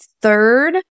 third